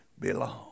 belong